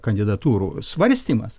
kandidatūrų svarstymas